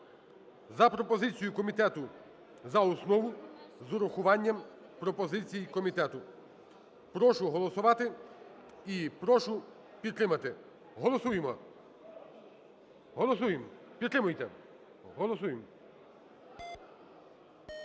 за пропозицією комітету за основу з урахуванням пропозицій комітету. Прошу голосувати і прошу підтримати. Голосуємо, голосуємо, підтримуйте. Голосуємо.